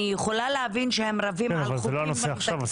אני יכולה להבין שהם רבים כל חוקים אחרים.